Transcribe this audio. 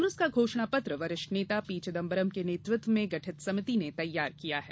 कांग्रेस का घोषणा पत्र वरिष्ठ नेता पी चिदम्बरम के नेतृत्व में गठित समिति ने तैयार किया है